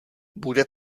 bude